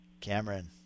Cameron